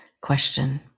question